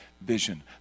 vision